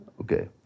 okay